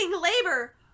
labor